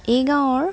এই গাঁৱৰ